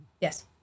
Yes